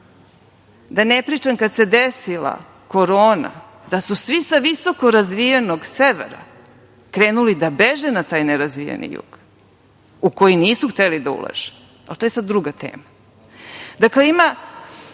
Da ne pričam kad se desila korona, da su svi sa visokorazvijenog severa krenuli da beže na taj nerazvijeni jug u koji nisu hteli da ulažu, ali to je sad druga